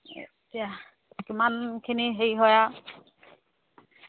এতিয়া কিমানখিনি হেৰি হয় আৰু